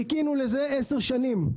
חיכינו לזה עשר שנים.